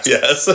Yes